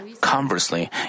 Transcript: Conversely